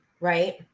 right